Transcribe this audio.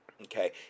Okay